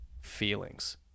Feelings